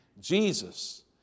Jesus